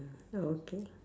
okay